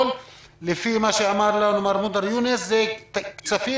לפי מה שאמר לנו מודאר יונס הכל זה הקדמת